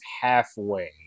halfway